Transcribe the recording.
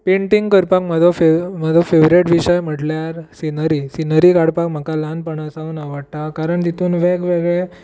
painting करपाक म्हजो fav favourite म्हजो फेवरेट विशय म्हणल्यार सिनरी सिनरी काडपाक म्हाका ल्हानपणा सावन आवडटा कारण तितून वेगवेगळे